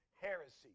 heresy